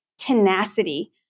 Tenacity